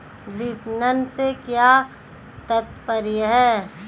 विपणन से क्या तात्पर्य है?